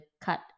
cut